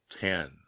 ten